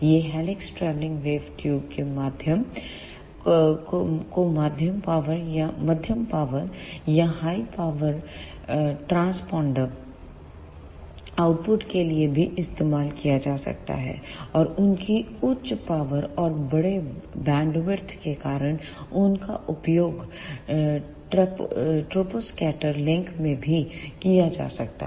ये helix travelling wave tubes को मध्यम पावर या high power satellite transponder output के लिए भी इस्तेमाल किया जा सकता है और उनकी उच्च पावर और बड़े बैंडविड्थ के कारण उनका उपयोग ट्रोपोस्कैटर लिंक में भी किया जा सकता है